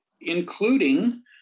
including